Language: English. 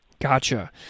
Gotcha